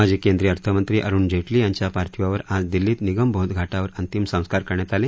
माजी केंद्रीय अर्थमंत्री अरुण जेटली यांच्या पार्थिवावर आज दिल्लीत निगमबोध घाटावर अंतिम संस्कार करण्यात आले